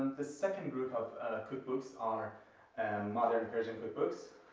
the second group of cookbooks are and modern persian cookbooks.